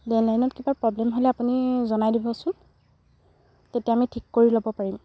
লেণ্ডলাইনত কিবা প্ৰব্লেম হ'লে আপুনি জনাই দিবচোন তেতিয়া আমি ঠিক কৰি ল'ব পাৰিম